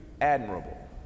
admirable